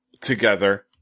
together